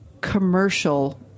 commercial